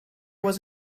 was